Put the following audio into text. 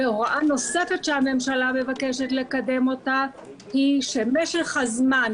הוראה נוספת שהממשלה מבקשת לקדם אותה היא שמשך הזמן